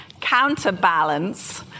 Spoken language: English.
counterbalance